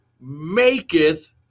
maketh